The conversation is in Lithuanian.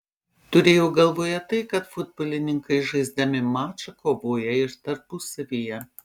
turėjau galvoje tai kad futbolininkai žaisdami mačą kovoja ir tarpusavyje